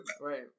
Right